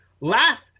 laugh